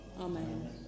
Amen